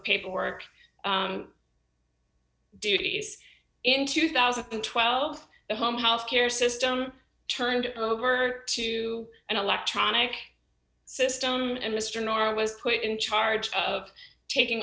paperwork duties in two thousand and twelve the home health care system turned over to an electronic system and mr norwood was put in charge of taking